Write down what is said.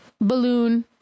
balloon